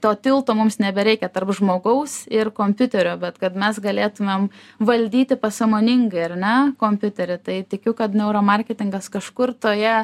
to tilto mums nebereikia tarp žmogaus ir kompiuterio bet kad mes galėtumėm valdyti pasąmoningai ar ne kompiuterį tai tikiu kad neuro marketingas kažkur toje